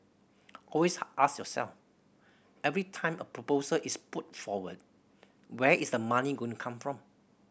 always ask yourself every time a proposal is put forward where is the money going come from